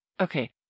Okay